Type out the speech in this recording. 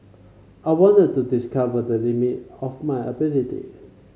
I wanted to discover the limit of my ability